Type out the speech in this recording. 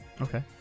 Okay